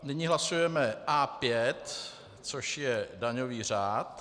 Nyní hlasujeme A5, což je daňový řád.